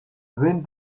wind